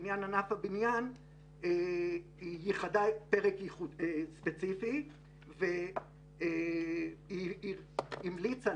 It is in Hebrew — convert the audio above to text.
לעניין ענף הבניין היא ייחדה פרק ספציפי והיא המליצה,